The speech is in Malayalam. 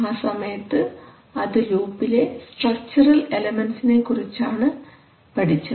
ആ സമയത്ത് അത് ലൂപ്പിലെ സ്ട്രക്ച്ചറൽ എലമെന്റ്സിനെ കുറിച്ചാണ് പഠിച്ചത്